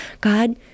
god